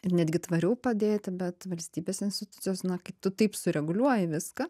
ir netgi tvariau padėti bet valstybės institucijos na kai tu taip sureguliuoji viską